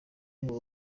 nkuru